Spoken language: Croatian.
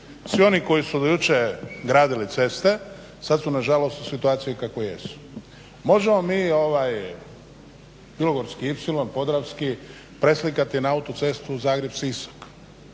Svi oni koji su do jučer gradili ceste sad su na žalost u situaciji u kakvoj jesu. Možemo mi Bilogorski ipsilon, podravski preslikati na autocestu Zagreb – Sisak,